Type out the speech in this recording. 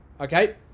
Okay